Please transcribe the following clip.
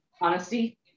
Honesty